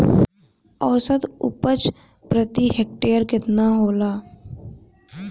औसत उपज प्रति हेक्टेयर केतना होला?